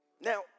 Now